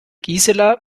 gisela